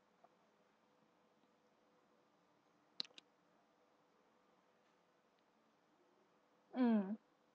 mm